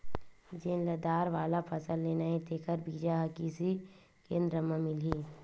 जेन ल दार वाला फसल लेना हे तेखर बीजा ह किरसी केंद्र म मिलही